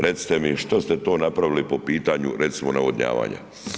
Recite mi što ste to napravili po pitanju recimo navodnjavanja?